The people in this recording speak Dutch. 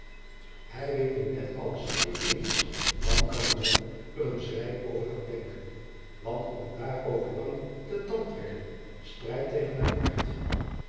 ij weet nu net alles in eens dan kan de man er eens rijp over gaan denken want om daarover lang te tandtrekken strijdt tegen mijn aard